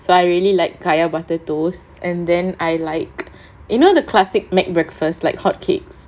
so I really like kaya butter toast and then I like you know the classic McDonald's breakfast like hotcakes